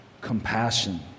compassion